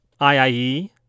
IIE